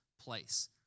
place